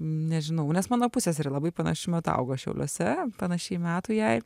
nežinau nes mano pusseserė labai panašiu metu augo šiauliuose panašiai metų jai